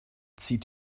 zieht